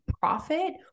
profit